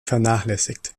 vernachlässigt